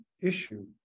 issue